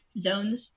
zones